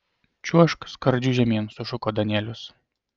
čiuožk skardžiu žemyn sušuko danielius